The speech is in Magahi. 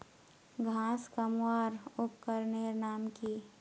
घांस कमवार उपकरनेर नाम की?